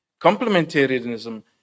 Complementarianism